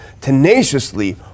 tenaciously